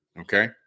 okay